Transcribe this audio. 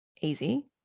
easy